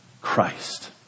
Christ